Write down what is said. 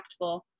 impactful